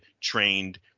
trained